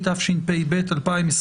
התשפ"ב-2021.